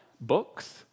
books